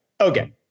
Okay